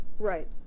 right